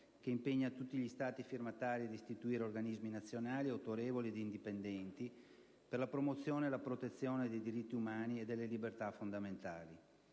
che impegna tutti gli Stati firmatari ad istituire organismi nazionali, autorevoli e indipendenti, per la promozione e la protezione dei diritti umani e delle libertà fondamentali.